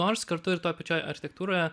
nors kartu ir toje pačioj architektūroje